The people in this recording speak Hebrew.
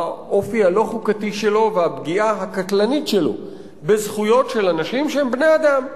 האופי הלא-חוקתי שלו והפגיעה הקטלנית שלו בזכויות של אנשים שהם בני-אדם.